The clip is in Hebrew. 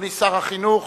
אדוני שר החינוך